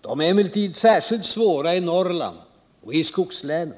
De är emellertid särskilt svåra i Norrland och i skogslänen.